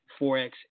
forex